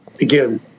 again